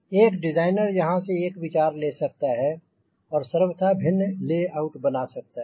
एक डिज़ाइनर यहांँ से एक विचार ले सकता है और सर्वथा भिन्न ले आउट बना सकता है